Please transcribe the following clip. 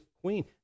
queen